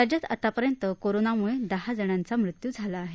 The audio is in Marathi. राज्यात आतापर्यंत कोरोनामुळे दहा जणांचा मृत्यू झाला आहे